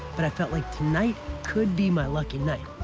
but i felt like tonight could be my lucky night.